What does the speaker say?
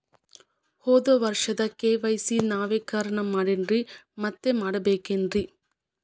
ಹೋದ ವರ್ಷ ಕೆ.ವೈ.ಸಿ ನವೇಕರಣ ಮಾಡೇನ್ರಿ ಮತ್ತ ಮಾಡ್ಬೇಕೇನ್ರಿ?